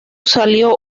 salió